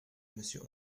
monsieur